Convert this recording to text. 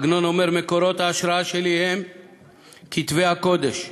עגנון אומר: מקורות ההשראה שלי הם כתבי הקודש,